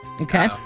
Okay